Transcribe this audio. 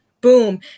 boom